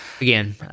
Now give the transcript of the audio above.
Again